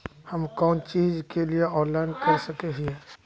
हम कोन चीज के लिए ऑनलाइन कर सके हिये?